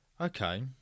Okay